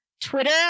twitter